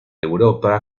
europa